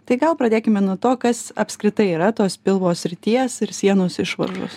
tai gal pradėkime nuo to kas apskritai yra tos pilvo srities ir sienos išvaržos